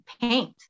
paint